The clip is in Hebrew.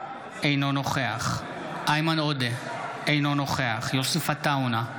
אינו נוכח איימן עודה, אינו נוכח יוסף עטאונה,